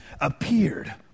appeared